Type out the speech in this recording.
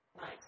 Nice